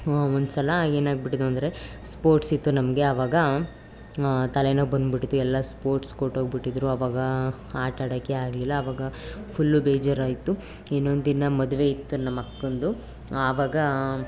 ಒಂದ್ಸಲ ಏನಾಗಿಬಿಟ್ಟಿತ್ತು ಅಂದರೆ ಸ್ಪೋರ್ಟ್ಸ್ ಇತ್ತು ನಮಗೆ ಆವಾಗ ತಲೆನೋವು ಬಂದ್ಬಿಟ್ಟಿತ್ತು ಎಲ್ಲ ಸ್ಪೋರ್ಟ್ಸಿಗೆ ಹೊರ್ಟೋಗ್ಬಿಟ್ಟಿದ್ರು ಆವಾಗ ಆಟಾಡೋಕ್ಕೆ ಆಗಲಿಲ್ಲ ಆವಾಗ ಫುಲ್ಲು ಬೇಜಾರಾಯಿತು ಇನ್ನೊಂದಿನ ಮದುವೆ ಇತ್ತು ನಮ್ಮ ಅಕ್ಕಂದು ಆವಾಗ